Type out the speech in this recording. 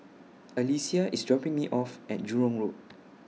Alycia IS dropping Me off At Jurong Road